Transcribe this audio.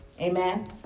Amen